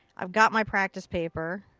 i've got my practice paper.